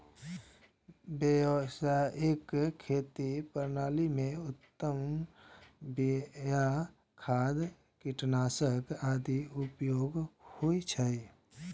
व्यावसायिक खेती प्रणाली मे उन्नत बिया, खाद, कीटनाशक आदिक उपयोग होइ छै